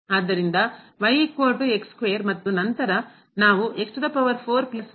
ಆದ್ದರಿಂದ ಮತ್ತು ನಂತರ ನಾವು ಮತ್ತೆ ಇಲ್ಲಿ ಅನ್ನು